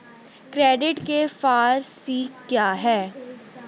Credit के four C क्या हैं?